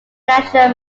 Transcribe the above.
national